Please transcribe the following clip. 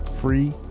free